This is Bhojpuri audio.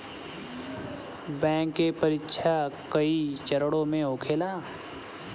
बैंक के परीक्षा कई चरणों में होखेला